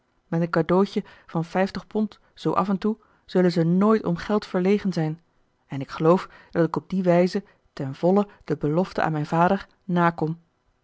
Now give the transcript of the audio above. met een cadeautje van vijftig pond zoo af en toe zullen ze nooit om geld verlegen zijn en ik geloof dat ik op die wijze ten volle de belofte aan mijn vader nakom